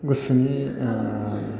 गोसोनि